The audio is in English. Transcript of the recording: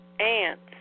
Ants